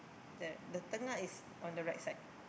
the the tengah is on the right side